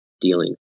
dealing